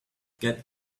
get